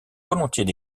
volontiers